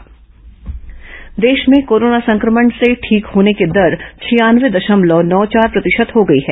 corona समाचार देश में कोरोना संक्रमण से ठीक होने की दर छियानवे दशमलव नौ चार प्रतिशत हो गई है